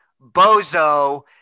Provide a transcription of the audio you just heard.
bozo